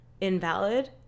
invalid